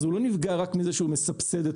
הוא לא נפגע רק מזה שהוא מסבסד את